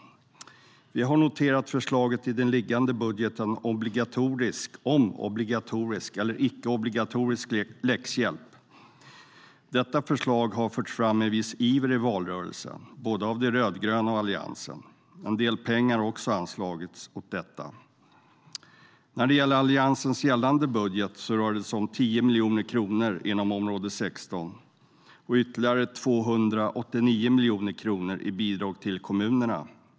Vi har noterat förslaget i den liggande budgeten om obligatorisk eller icke-obligatorisk läxhjälp. Detta förslag fördes fram med viss iver i valrörelsen av både de rödgröna och Alliansen. En del pengar har också anslagits till detta. När det gäller Alliansens gällande budget rör det sig om 10 miljoner kronor inom utgiftsområde 16 och ytterligare 289 miljoner kronor i bidrag till kommunerna.